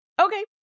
Okay